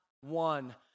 one